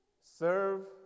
serve